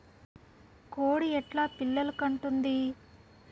కోడి ఎట్లా పిల్లలు కంటుంది?